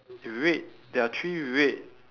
red there are three red